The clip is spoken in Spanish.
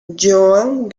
joan